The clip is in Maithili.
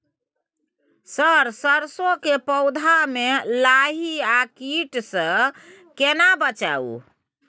सर सरसो के पौधा में लाही आ कीट स केना बचाऊ?